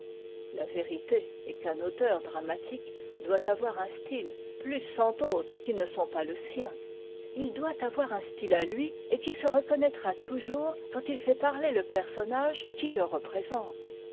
la vérité est qu'un auteur dramatique doit avoir un style plus cent autres qui ne sont pas le sien il doit avoir un style à lui et qui se reconnaîtra toujours quand il fait parler le personnage qui le représente